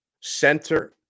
Center